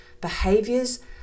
Behaviors